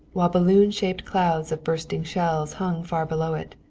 while balloon-shaped clouds of bursting shells hung far below it.